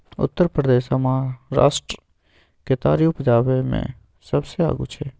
उत्तर प्रदेश आ महाराष्ट्र केतारी उपजाबै मे सबसे आगू छै